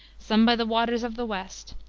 some by the waters of the west,